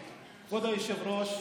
שהם יעשו עוד פיגוע?